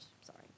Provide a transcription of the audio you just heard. sorry